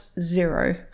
zero